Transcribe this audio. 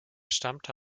stammte